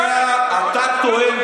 ראש הממשלה טוען.